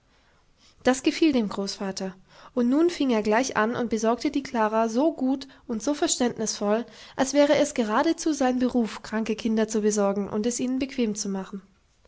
das gefiel dem großvater und nun fing er gleich an und besorgte die klara so gut und so verständnisvoll als wäre es geradezu sein beruf kranke kinder zu besorgen und es ihnen bequem zu machen